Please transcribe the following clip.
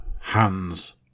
hands